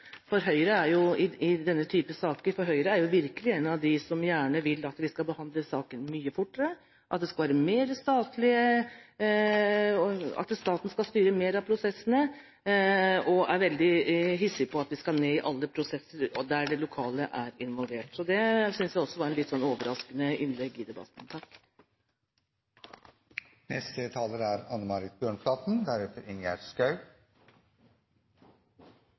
i denne typen saker, for Høyre er virkelig blant dem som gjerne vil at vi skal behandle saken mye fortere, at staten skal styre mer av prosessene, og er veldig hissig på at vi skal ned i alle prosesser der det lokale er involvert. Det synes jeg også var et litt overraskende innlegg i debatten. Nok en gang får vi demonstrert hvor stor avstand det er